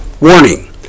Warning